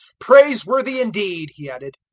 praiseworthy indeed! he added,